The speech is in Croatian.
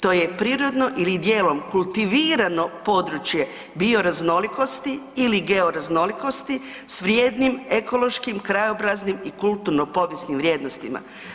To je prirodno ili dijelom kultivirano područje bioraznolikosti ili georaznolikosti s vrijednim ekološkim, krajnobraznim i kulturno-povijesnim vrijednostima.